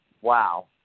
wow